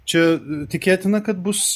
čia tikėtina kad bus